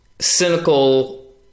cynical